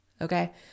Okay